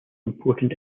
important